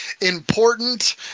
important